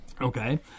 Okay